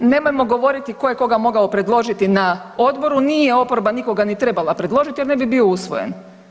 Nemojmo govoriti tko je koga mogao predložiti na odboru, nije oporba nikoga ni trebala predložiti jer ne bi bio usvojen.